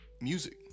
music